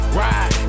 ride